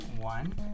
One